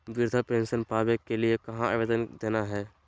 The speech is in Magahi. वृद्धा पेंसन पावे के लिए कहा आवेदन देना है?